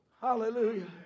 Hallelujah